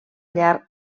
llar